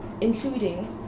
including